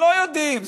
לא יודעים.